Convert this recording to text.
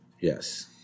Yes